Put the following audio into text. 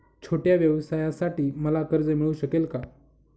छोट्या व्यवसायासाठी मला कर्ज मिळू शकेल का?